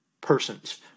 persons